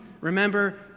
Remember